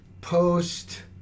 post